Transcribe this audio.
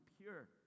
pure